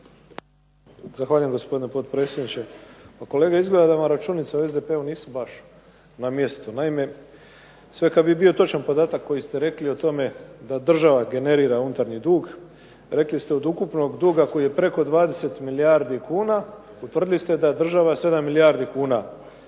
Zahvaljujem gospodine potpredsjedniče. Pa kolega, izgleda da vam računice u SDP-u nisu baš na mjestu. Naime, sve kad bi bio točan podatak koji ste rekli o tome da država generira unutarnji dug. Rekli ste od ukupnog duga koji je preko 20 milijardi kuna utvrdili ste da država 7 milijardi kuna